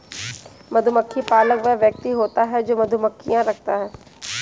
मधुमक्खी पालक वह व्यक्ति होता है जो मधुमक्खियां रखता है